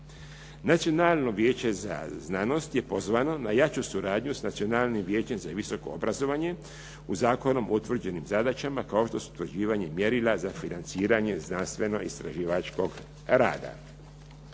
Nacionalno vijeće za znanost je pozvao na jaču suradnju s Nacionalnim vijećem za visoko obrazovanje u zakonom utvrđenim zadaćama, kao što su utvrđivanje mjerila za financiranje znanstveno-istraživačkog rada.